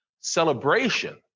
celebration